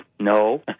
No